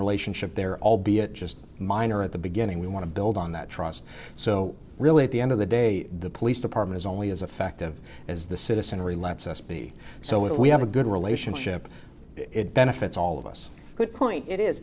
relationship there albeit just a minor at the beginning we want to build on that trust so really at the end of the day the police department is only as effective as the citizenry lets us be so if we have a good relationship it benefits all of us good point it is